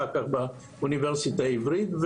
ואחר כך באוניברסיטה העברית.